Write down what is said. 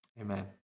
amen